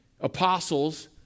apostles